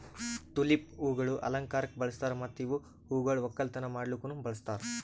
tulip ಹೂವುಗೊಳ್ ಅಲಂಕಾರಕ್ ಬಳಸ್ತಾರ್ ಮತ್ತ ಇವು ಹೂಗೊಳ್ ಒಕ್ಕಲತನ ಮಾಡ್ಲುಕನು ಬಳಸ್ತಾರ್